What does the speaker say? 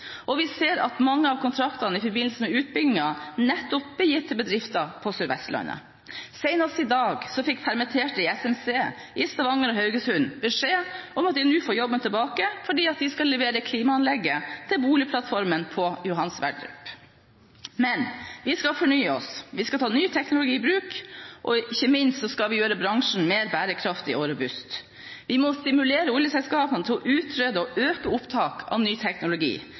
og vi ser at mange av kontraktene i forbindelse med utbyggingen nettopp blir gitt til bedrifter på Sør-Vestlandet. Senest i dag fikk permitterte i GMC i Stavanger og Haugesund beskjed om at de nå får jobben tilbake, fordi selskapet skal levere klimaanlegget til boligplattformen på Johan Sverdrup. Men vi skal fornye oss, vi skal ta ny teknologi i bruk, og ikke minst skal vi gjøre bransjen mer bærekraftig og robust. Vi må stimulere oljeselskapene til å utrede og å øke opptak av ny teknologi